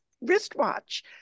wristwatch